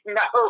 no